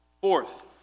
Fourth